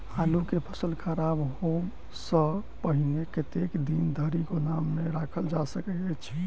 आलु केँ फसल खराब होब सऽ पहिने कतेक दिन धरि गोदाम मे राखल जा सकैत अछि?